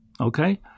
okay